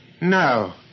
No